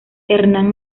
hernán